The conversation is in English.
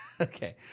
Okay